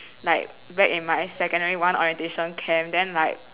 like back in my secondary one orientation camp then like